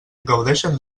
gaudeixen